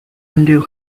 undo